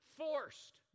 forced